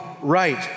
right